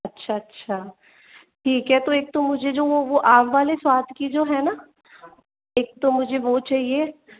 अच्छा अच्छा ठीक है तो एक तो मुझे जो वह वह आम वाले स्वाद की जो है न एक तो मुझे वह चाहिए